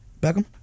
Beckham